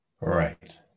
Right